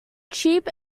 cheap